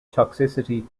toxicity